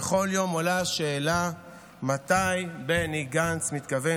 ובכל יום עולה השאלה מתי בני גנץ מתכוון